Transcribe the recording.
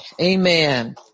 amen